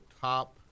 top